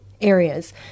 areas